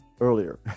earlier